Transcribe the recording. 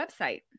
website